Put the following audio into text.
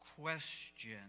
question